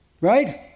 Right